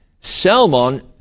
Salmon